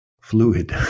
fluid